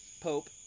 Pope